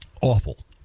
awful